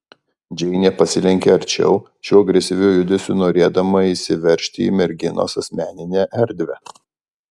džeinė pasilenkė arčiau šiuo agresyviu judesiu norėdama įsiveržti į merginos asmeninę erdvę